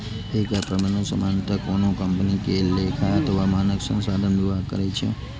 एकर प्रबंधन सामान्यतः कोनो कंपनी के लेखा अथवा मानव संसाधन विभाग करै छै